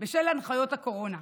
בשל הנחיות הקורונה.